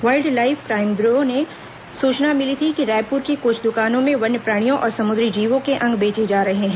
wild life crime bureau को सूचना मिली थी कि रायपुर की कुछ दुकानों में वन्य प्राणियों और समुद्री जीवों के अंग बेचे जा रहे हैं